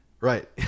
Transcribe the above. Right